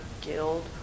guild